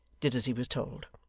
did as he was told.